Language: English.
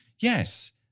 Yes